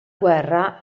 guerra